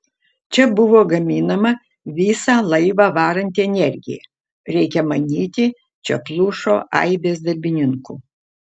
čia buvo gaminama visą laivą varanti energija reikia manyti čia plušo aibės darbininkų